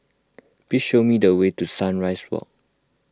please show me the way to Sunrise Walk